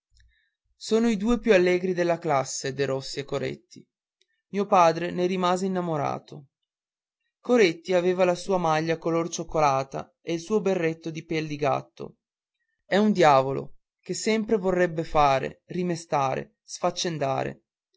sono i due più allegri della classe derossi e coretti mio padre ne rimase innamorato coretti aveva la sua maglia color cioccolata e il suo berretto di pel di gatto è un diavolo che sempre vorrebbe fare rimestare sfaccendare aveva